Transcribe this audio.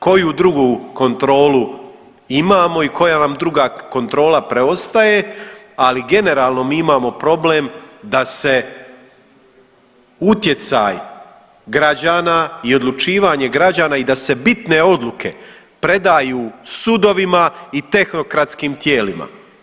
Koju drugu kontrolu imamo i koja nam druga kontrola preostaje, ali generalno mi imamo problem da se utjecaj građana i odlučivanje građana i da se bitne odluke predaju sudovima i tehnokratskim tijelima.